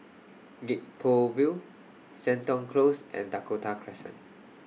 Gek Poh Ville Seton Close and Dakota Crescent